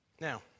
now